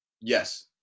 Yes